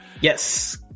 Yes